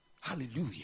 Hallelujah